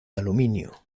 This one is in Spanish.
aluminio